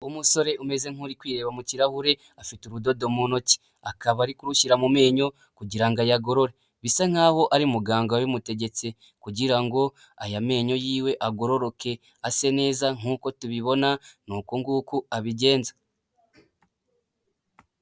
umusore umeze nk'uri kwireba mu kirahure afite urudo mu ntoki akaba ari kurushyira mu menyo kugirango ngo ayagorore bisa nkahoa ari muganga wabimutegetse kugira ngo aya menyo yiwe agororoke ase neza nkuko tubibona ni ukunguku abigenza.